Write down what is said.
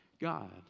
God